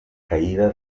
caída